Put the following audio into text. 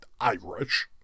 Irish